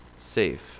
safe